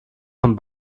von